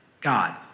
God